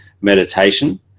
meditation